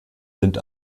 sind